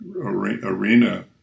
arena